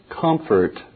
comfort